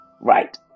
right